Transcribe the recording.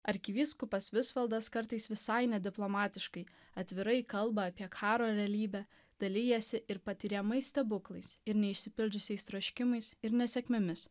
arkivyskupas visvaldas kartais visai nediplomatiškai atvirai kalba apie karo realybę dalijasi ir patiriamais stebuklais ir neišsipildžiusiais troškimais ir nesėkmėmis